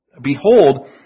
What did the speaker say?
behold